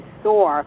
soar